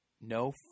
No